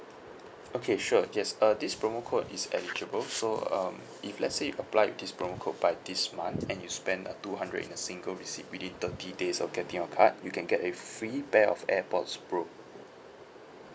okay sure yes uh this promo code is eligible so um if let's say you apply this promo code by this month and you spend a two hundred in a single receipt within thirty days of getting your card you can get a free pair of airpods pro